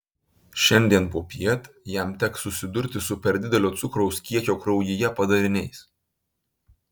šiandien popiet jam teks susidurti su per didelio cukraus kiekio kraujyje padariniais